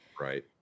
right